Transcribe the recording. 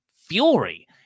fury